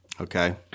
Okay